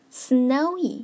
snowy